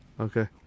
okay